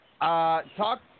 Talk